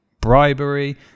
bribery